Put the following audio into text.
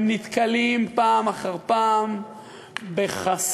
הם נתקלים פעם אחר פעם בחסמים,